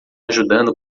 ajudando